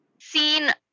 seen